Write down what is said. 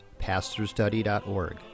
pastorstudy.org